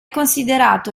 considerato